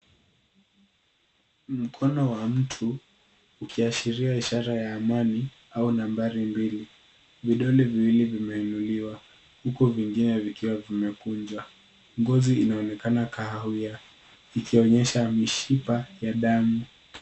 Mkono wa mtu ikishiria ishara ya amani au nambari mbili. Vidole viwili vimeinuliwa huku vingine vikiwa vimekunjwa, ngozi imeonekana kahawia ikionyesha mishipa ya damu.